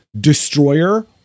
Destroyer